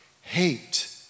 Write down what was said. hate